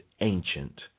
ancient